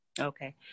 Okay